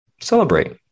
Celebrate